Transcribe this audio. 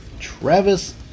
Travis